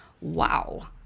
Wow